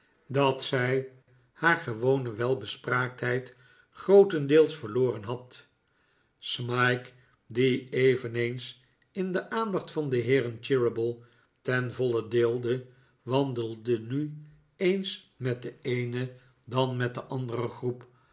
dat zij haar gewone welbespraaktheid grootendeels verloren had smike die eveneens in de aandacht van de heeren cheeryble ten voile deelde wandelde nu eens met de eene dan met de andere groep